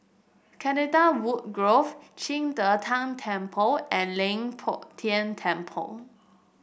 Canadawood Grove Qing De Tang Temple and Leng Poh Tian Temple